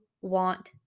want